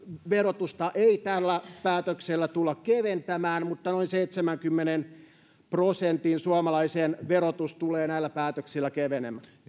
verotusta ei tällä päätöksellä tulla keventämään mutta suomalaisista noin seitsemänkymmenen prosentin verotus tulee näillä päätöksillä kevenemään